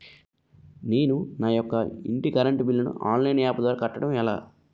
నేను నా యెక్క ఇంటి కరెంట్ బిల్ ను ఆన్లైన్ యాప్ ద్వారా కట్టడం ఎలా?